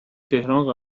تهران